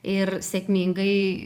ir sėkmingai